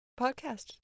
podcast